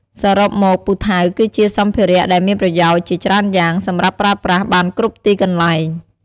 សរុមមកពូថៅគឺជាសម្ភារៈដែលមានប្រយោជន៍ជាច្រើនយ៉ាង សម្រាប់ប្រើប្រាស់បានគ្រប់ទីកន្លែង។